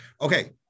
Okay